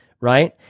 right